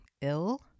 ill